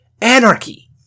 anarchy